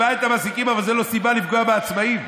אבל זו לא סיבה לפגוע בעצמאים.